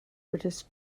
british